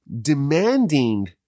demanding